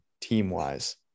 team-wise